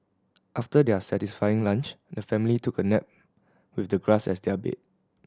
after their satisfying lunch the family took a nap with the grass as their bed